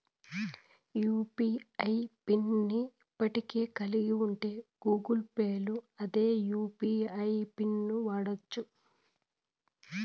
UPI PIN ని ఇప్పటికే కలిగుంటే గూగుల్ పేల్ల అదే యూ.పి.ఐ పిన్ను వాడచ్చు